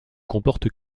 comporte